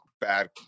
bad